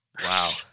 Wow